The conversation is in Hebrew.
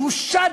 בושה.